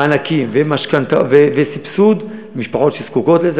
מענקים וסבסוד משפחות שזקוקות לזה,